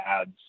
ads